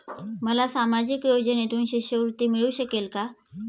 मला सामाजिक योजनेतून शिष्यवृत्ती मिळू शकेल का?